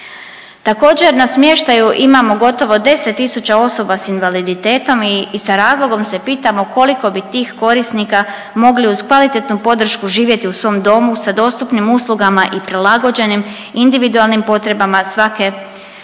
Također, na smještaju imamo gotovo 10 tisuća osoba s invaliditetom i sa razlogom se pitamo koliko bi tih korisnika mogli uz kvalitetnu podršku živjeti u svom domu sa dostupnim uslugama i prilagođenim individualnim potrebama svake osobe